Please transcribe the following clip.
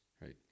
right